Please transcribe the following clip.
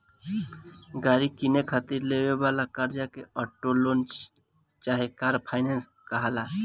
गाड़ी किने खातिर लेवे वाला कर्जा के ऑटो लोन चाहे कार फाइनेंस कहाला